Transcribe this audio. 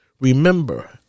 remember